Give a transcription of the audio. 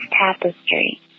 tapestry